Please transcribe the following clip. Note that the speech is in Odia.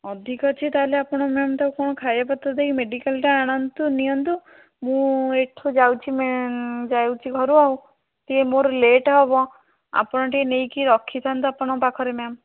ଅଧିକ ଅଛି ତାହେଲେ ଆପଣ ମ୍ୟାମ୍ ତାକୁ କଣ ଖାଇବାପତର ଦେଇକି ମେଡ଼ିକାଲଟା ଆଣନ୍ତୁ ନିଅନ୍ତୁ ମୁଁ ଏହିଠୁ ଯାଉଛି ମ୍ୟାମ୍ ଯାଉଛି ଘରୁ ଆଉ ଟିକେ ମୋର ଲେଟ୍ ହେବ ଆପଣ ଟିକେ ନେଇକି ରଖିଥାନ୍ତୁ ଆପଣଙ୍କ ପାଖରେ ମ୍ୟାମ୍